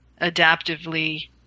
adaptively